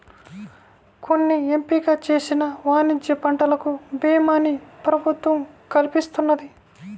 కొన్ని ఎంపిక చేసిన వాణిజ్య పంటలకు భీమాని ప్రభుత్వం కల్పిస్తున్నది